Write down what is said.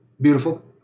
Beautiful